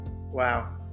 Wow